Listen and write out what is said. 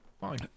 Fine